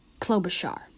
Klobuchar